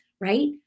right